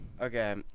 Okay